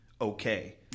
okay